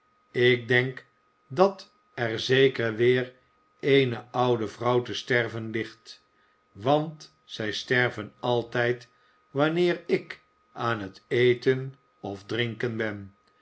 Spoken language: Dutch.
ik denk dat er zeker weer eene oude vrouw te sterven ligt want zij sterven altijd wanneer ik aan t eten of drinken